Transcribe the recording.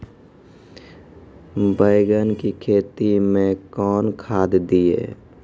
बैंगन की खेती मैं कौन खाद दिए?